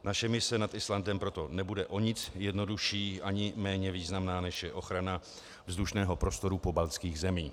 Naše mise nad Islandem proto nebude o nic jednodušší ani méně významná, než je ochrana vzdušného prostoru pobaltských zemí.